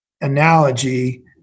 analogy